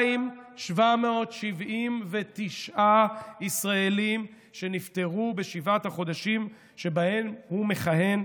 2,779 ישראלים שנפטרו בשבעת החודשים שבהם הוא מכהן,